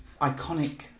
iconic